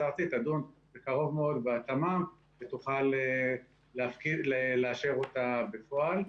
הארצית תדון בקרוב מאוד בהקמה ותוכל לאשר אותה בפועל.